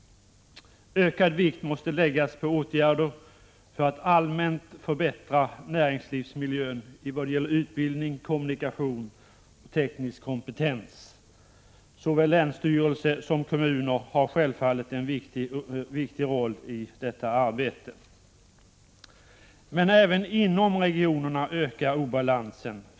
Ökad vikt måste läggas på åtgärder för att allmänt förbättra näringslivsmiljön i vad gäller utbildning, kommunikation och teknisk kompetens. Såväl länsstyrelse som kommuner har självfallet en viktig roll i detta arbete. Men även inom regionerna ökar obalansen.